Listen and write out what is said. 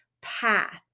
path